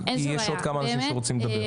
כי יש עוד כמה אנשים שרוצים לדבר.